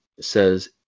says